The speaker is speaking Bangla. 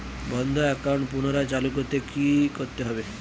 বন্ধ একাউন্ট পুনরায় চালু করতে কি করতে হবে?